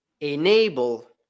enable